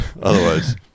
otherwise